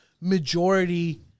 majority